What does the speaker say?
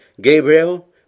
Gabriel